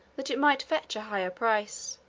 that it might fetch a higher price.